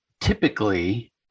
typically